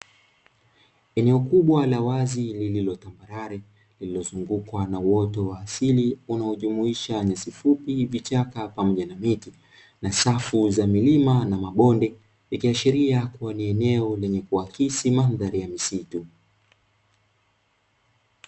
Eneo kubwa la wazi lililo tambarare, lililozungukwa na uoto wa asili unaojumuisha nyasi fupi, vichaka pamoja na miti na safu za milima na mabonde; ikiashiria kuwa ni eneo lenye kuakisi mandhari ya misitu.